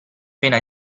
pena